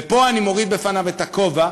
ופה אני מוריד בפניו את הכובע,